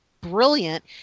brilliant